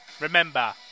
Remember